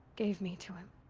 gave me to him.